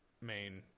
main